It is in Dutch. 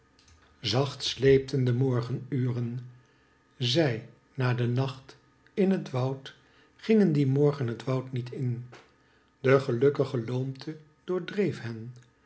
zacht sleepten ae morgenuren zij na uen nacnc in net wuuu niguii men morgen het woud niet in de gelukkige loomte doordreef